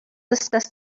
discuss